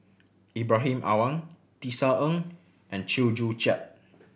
Ibrahim Awang Tisa Ng and Chew Joo Chiat